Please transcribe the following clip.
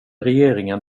regeringen